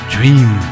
Dream